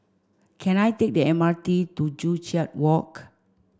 can I take the M R T to Joo Chiat Walk